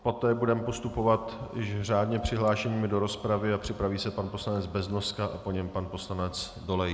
Poté budeme postupovat již řádně přihlášenými do rozpravy a připraví se pan poslanec Beznoska a po něm pan poslanec Dolejš.